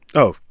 oh,